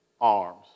arms